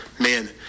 man